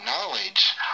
knowledge